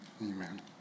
Amen